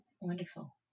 Wonderful